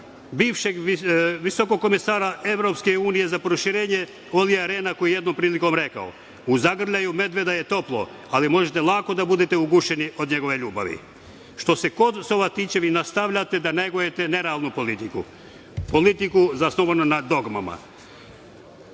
bivšeg visokog komesara Evropske unije za proširenje Olija Rena, koji je jednom prilikom rekao: „U zagrljaju medveda je toplo, ali možete lako da budete ugušeni od njegove ljubavi“.Što se Kosova tiče, vi nastavljate da negujete nerealnu politiku, politiku zasnovanu na dogmama. Stalno